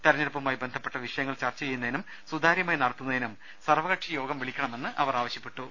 തെരഞ്ഞെടുപ്പുമായി ബന്ധപ്പെട്ട വിഷയങ്ങൾ ചർച്ച ചെയ്യുന്നതിനും സുതാര്യമായി നടത്തുന്നതിനും സർവ്വകക്ഷി യോഗം വിളിക്കണമെന്നും അവർ ആവശ്യപ്പെട്ടു